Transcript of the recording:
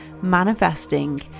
manifesting